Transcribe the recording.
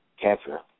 cancer